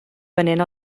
venent